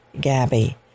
Gabby